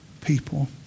people